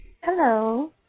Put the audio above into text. Hello